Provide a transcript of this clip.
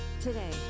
Today